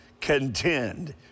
contend